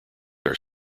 are